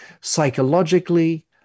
psychologically